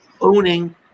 owning